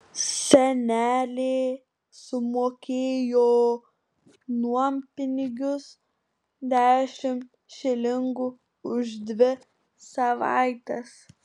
senelė sumokėjo nuompinigius dešimt šilingų už dvi savaites